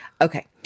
Okay